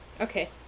Okay